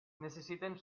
necessiten